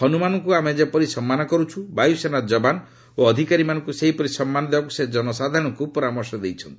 ହନୁମାନଙ୍କୁ ଆମେ ଯେପରି ସମ୍ମାନ କରୁଛୁ ବାୟୁସେନାର ଯବାନ ଓ ଅଧିକାରୀମାନଙ୍କୁ ସେହିପରି ସମ୍ମାନ ଦେବାକୁ ସେ ଜନସାଧାରଣଙ୍କୁ ପରାମର୍ଶ ଦେଇଛନ୍ତି